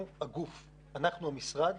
אנחנו המשרד